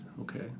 Okay